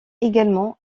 également